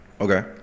Okay